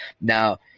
Now